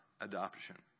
adoption